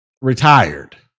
retired